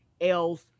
else